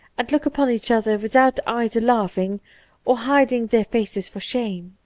and look upon each other without either laughing or hiding their faces for shame.